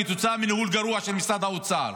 כתוצאה מניהול גרוע של משרד האוצר.